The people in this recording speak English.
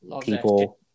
people